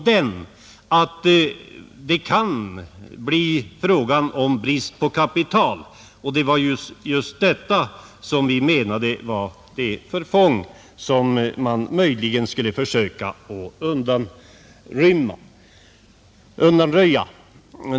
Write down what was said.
Det kan uppstå brist på kapital, vilket jag menar skulle bli till förfång och är något som vi skall försöka undanröja.